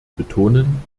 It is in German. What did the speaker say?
betonen